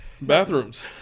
Bathrooms